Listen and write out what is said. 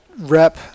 rep